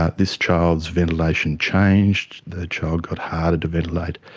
ah this child's ventilation changed, the child got harder to ventilate.